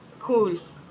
cool